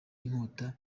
inkota